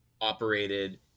operated